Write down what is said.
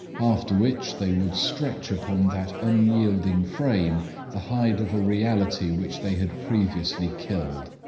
after which, they would stretch upon that unyielding frame the hide of a reality which they had previously killed.